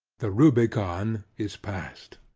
the rubicon is passed.